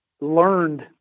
learned